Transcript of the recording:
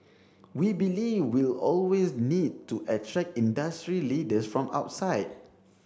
we believe we'll always need to attract industry leaders from outside